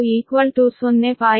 27 p